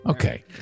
Okay